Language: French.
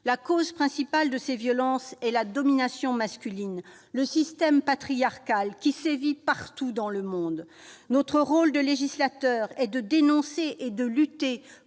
La cause principale de ces violences est la domination masculine, le système patriarcal qui sévit partout dans le monde. Notre rôle de législateur est de dénoncer et de lutter